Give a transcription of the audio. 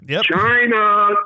China